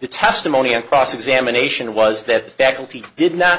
the testimony and cross examination was that faculty did not